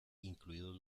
incluidos